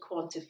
quantify